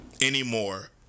anymore